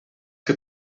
que